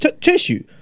tissue